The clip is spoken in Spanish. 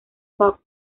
pop